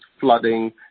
flooding